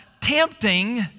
tempting